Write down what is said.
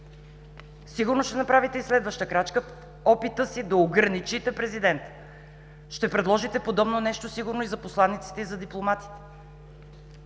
Сигурно ще направите и следваща крачка в опита си да ограничите президента. Ще предложите подобно нещо сигурно и за посланиците, и за дипломатите?!